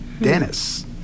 Dennis